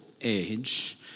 age